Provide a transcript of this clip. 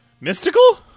Mystical